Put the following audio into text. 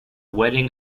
wedding